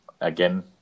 Again